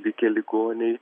likę ligoniai